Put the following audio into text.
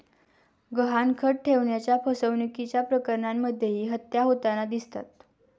गहाणखत ठेवण्याच्या फसवणुकीच्या प्रकरणांमध्येही हत्या होताना दिसतात